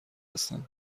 هستند